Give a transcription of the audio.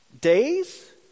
days